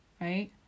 Right